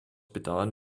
bedauern